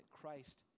Christ